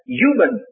human